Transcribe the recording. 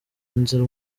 nzira